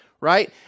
right